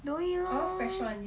don't eat lor